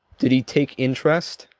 did he take interest?